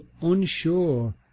unsure